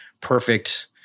perfect